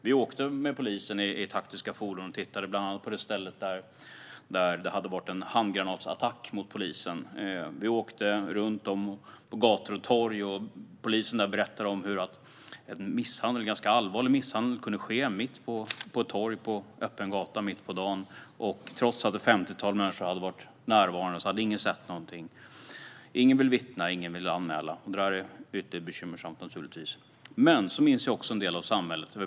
Vi åkte med polisen i taktiska fordon, bland annat till den plats där det hade varit en handgranatsattack mot polisen. Vi åkte runt i Botkyrka, och poliserna berättade om en ganska allvarlig misshandel som hade skett helt öppet på ett torg mitt på dagen. Trots att ett femtiotal människor hade varit närvarande hade ingen sett något; ingen ville vittna eller anmäla. Det är givetvis ytterst bekymmersamt.